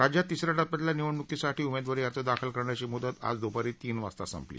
राज्यात तिसऱ्या टप्प्यातल्या निवडणुकीसाठी उमेदवारी अर्ज दाखल करण्याची मुदत आज दुपारी तीन वाजता संपली